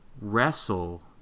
wrestle